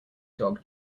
dog